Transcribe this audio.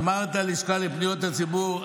אמרת לשכה לפניות הציבור,